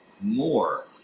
more